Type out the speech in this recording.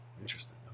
Interesting